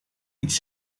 iets